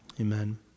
Amen